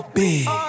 big